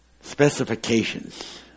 specifications